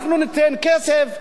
נקנה דירות,